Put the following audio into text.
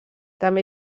també